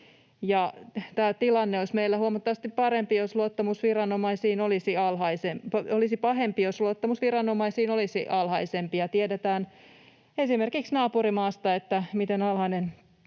Tämä tilanne olisi meillä huomattavasti pahempi, jos luottamus viranomaisiin olisi alhaisempi, ja tiedetään esimerkiksi naapurimaasta, miten alhainen